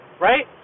right